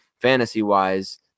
fantasy-wise